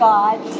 God